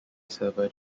server